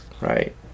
right